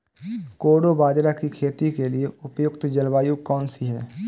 कोडो बाजरा की खेती के लिए उपयुक्त जलवायु कौन सी है?